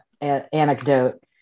anecdote